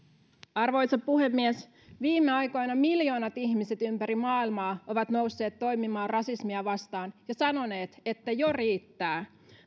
arvoisa puhemies viime aikoina miljoonat ihmiset ympäri maailmaa ovat nousseet toimimaan rasismia vastaan ja sanoneet että jo riittää